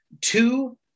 Two